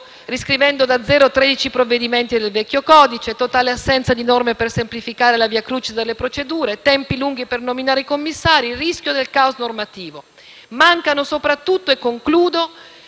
riscrivendo da capo 13 provvedimenti del vecchio codice; totale assenza di norme per semplificare la *via crucis* delle procedure; tempi lunghi per nominare i commissari; il rischio del caos normativo. In conclusione, mancano